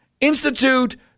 institute